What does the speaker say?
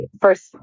first